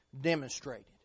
demonstrated